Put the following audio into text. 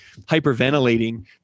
hyperventilating